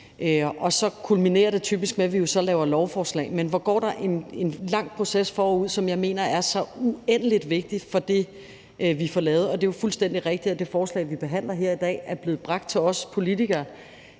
og så kulminerer det typisk med, at vi jo så laver lovforslag. Men der går en lang proces forud, som jeg mener er så uendelig vigtig for det, vi får lavet. Og det er jo fuldstændig rigtigt, at det forslag, vi behandler her i dag, er blevet bragt til os politikere